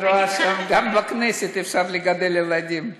את רואה שגם בכנסת אפשר לגדל ילדים.